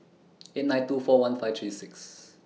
eight nine two four one five three six